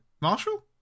Marshall